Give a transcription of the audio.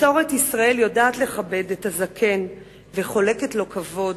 מסורת ישראל יודעת לכבד את הזקן וחולקת לו כבוד.